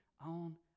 on